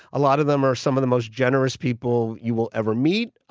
a lot of them are some of the most generous people you will ever meet,